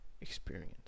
experience